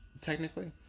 technically